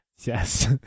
Yes